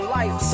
life